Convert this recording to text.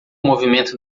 movimento